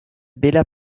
bella